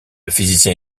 physicien